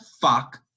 fuck